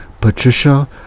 Patricia